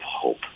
hope